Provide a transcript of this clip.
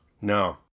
No